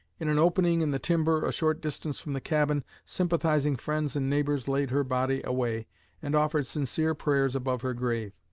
in an opening in the timber, a short distance from the cabin, sympathizing friends and neighbors laid her body away and offered sincere prayers above her grave.